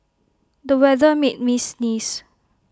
the weather made me sneeze